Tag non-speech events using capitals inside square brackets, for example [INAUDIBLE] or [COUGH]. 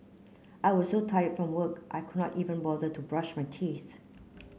[NOISE] I was so tired from work I could not even bother to brush my teeth